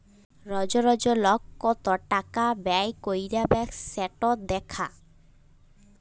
রজ রজ লক কত টাকা ব্যয় ক্যইরবেক সেট দ্যাখা